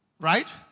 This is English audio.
Right